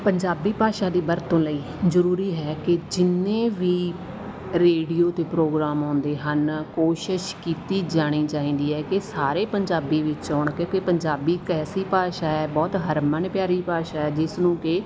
ਪੰਜਾਬੀ ਭਾਸ਼ਾ ਦੀ ਵਰਤੋਂ ਲਈ ਜ਼ਰੂਰੀ ਹੈ ਕਿ ਜਿੰਨੇ ਵੀ ਰੇਡੀਓ 'ਤੇ ਪ੍ਰੋਗਰਾਮ ਆਉਂਦੇ ਹਨ ਕੋਸ਼ਿਸ਼ ਕੀਤੀ ਜਾਣੀ ਚਾਹੀਦੀ ਹੈ ਕਿ ਸਾਰੇ ਪੰਜਾਬੀ ਵਿੱਚ ਆਉਣ ਕਿਉਂਕਿ ਪੰਜਾਬੀ ਇੱਕ ਐਸੀ ਭਾਸ਼ਾ ਹੈ ਬਹੁਤ ਹਰਮਨ ਪਿਆਰੀ ਭਾਸ਼ਾ ਹੈ ਜਿਸਨੂੰ ਕਿ